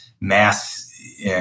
mass